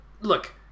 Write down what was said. Look